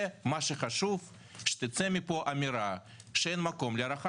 חשוב שתצא מפה אמירה שאין מקום להארכה